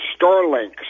Starlink